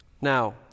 Now